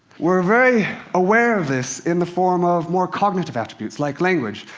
we're very aware of this in the form of more cognitive attributes, like language.